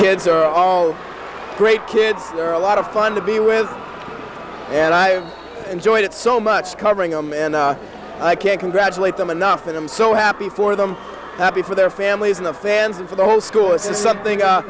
kids are all great kids they're a lot of fun to be with and i enjoyed it so much covering them and i can't congratulate them enough and i'm so happy for them happy for their families and the fans and for the whole school is something